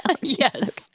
Yes